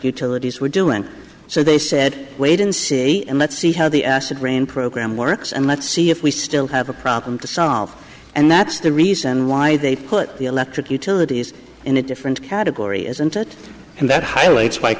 utilities were doing so they said wait and see and let's see how the acid rain program works and let's see if we still have a problem to solve and that's the reason why they put the electric utilities in a different category isn't it and that highlights wh